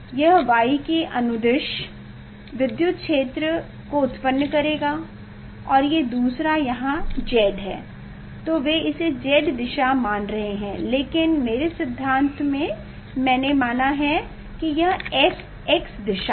यह y के अनुदिश विद्युत क्षेत्र का उत्पन्न करेगाऔर ये दूसरा यहाँ z है तो वे इसे Z दिशा मान रहे हैं लेकिन मेरे सिद्धांत में मैंने माना है कि यह X दिशा है